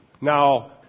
Now